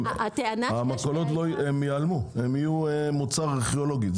המכולות יהפכו למוצג ארכיאולוגי.